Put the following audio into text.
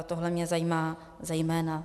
Tohle mě zajímá zejména.